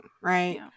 right